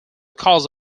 cause